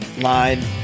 Line